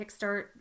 kickstart